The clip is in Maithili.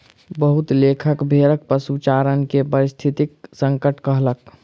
बहुत लेखक भेड़क पशुचारण के पारिस्थितिक संकट कहलक